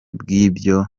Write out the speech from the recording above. bw’ibyo